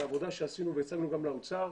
מעבודה שעשינו והמצאנו גם לאוצר,